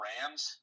Rams